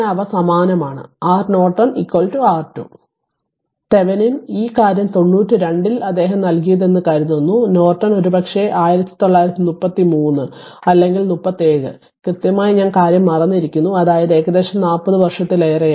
R Norton R2 Thevenin ഈ കാര്യം 92 ൽ അദ്ദേഹം നൽകിയതെന്നു കരുതുന്നു നോർട്ടൺ ഒരുപക്ഷേ 1933 അല്ലെങ്കിൽ 37 കൃത്യമായി ഞാൻ കാര്യം മറന്നിരിക്കുന്നു അതായത് ഏകദേശം 40 വർഷത്തിലേറെയായി